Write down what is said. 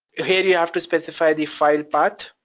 here you have to specify the file part.